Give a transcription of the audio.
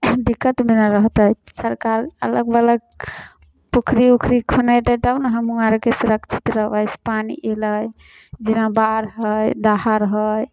दिक्कतमे ने रहतै सरकार अगल बगल पोखरि ऊखरी खूनेतै तब ने हम आरके सुरक्षित रहबै पानि अयलै जेना बाढ़ि है दाहड़ है